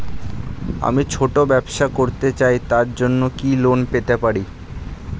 আমি ছোট ব্যবসা করতে চাই তার জন্য কি লোন পেতে পারি?